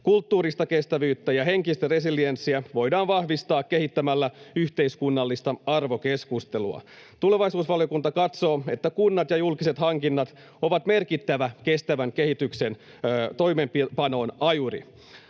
Kulttuurista kestävyyttä ja henkistä resilienssiä voidaan vahvistaa kehittämällä yhteiskunnallista arvokeskustelua. Tulevaisuusvaliokunta katsoo, että kunnat ja julkiset hankinnat ovat merkittävä kestävän kehityksen toimeenpanon ajuri.